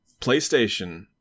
PlayStation